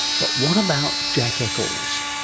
but what about jack eccles?